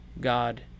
God